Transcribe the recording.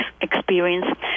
experience